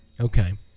Okay